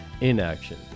inaction